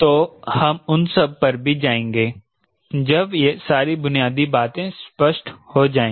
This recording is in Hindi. तो हम उन सब पर भी जाएँगे जब यह सारी बुनियादी बातें स्पष्ट हो जाएं